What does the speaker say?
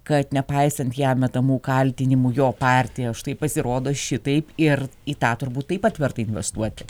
kad nepaisant jam metamų kaltinimų jo partija štai pasirodo šitaip ir į tą turbūt taip pat verta investuoti